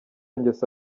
ngeso